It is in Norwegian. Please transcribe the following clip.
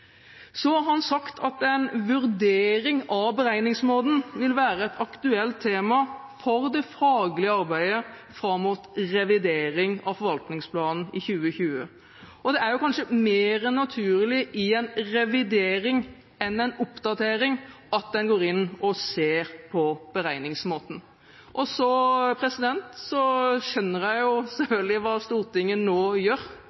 Så har en sagt at en vurdering av beregningsmåten vil være et aktuelt tema for det faglige arbeidet fram mot revidering av forvaltningsplanen i 2020. Det er kanskje mer naturlig at en går inn og ser på beregningsmåten i en revidering enn i en oppdatering. Jeg skjønner selvfølgelig hva Stortinget nå gjør